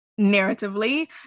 narratively